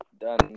done